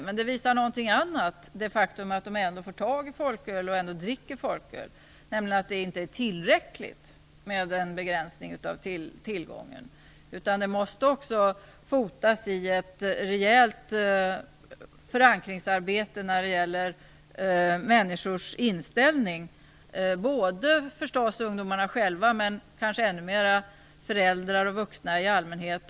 Men det faktum att de ändå får tag i folköl och dricker folköl visar någonting annat: Det är inte tillräckligt med en begränsning av tillgången, utan detta måste också fotas i ett rejält förankringsarbete när det gäller människors inställning. Det gäller ungdomarna själva, men kanske ännu mera föräldrar och vuxna i allmänhet.